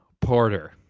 Porter